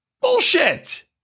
Bullshit